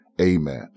amen